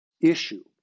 issue